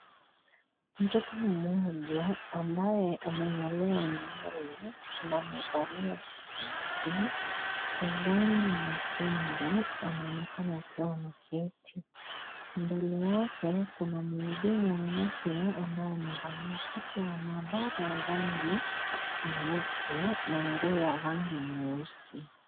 Mtooto mmoja ambaye amenyolewa nywele na amevalia shati la rangi nyekundu ameonekana akiwa ameketi, mbele yake kuna mhudumu wa afya ambaye amevalia koti la maabara lenye rangi nyeupe na nguo ya rangi nyeusi.